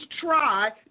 try